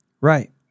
Right